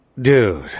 dude